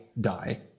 die